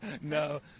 no